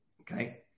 okay